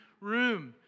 room